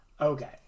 Okay